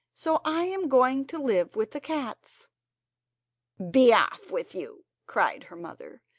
so i am going to live with the cats be off with you cried her mother,